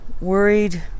worried